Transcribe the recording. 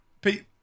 Pete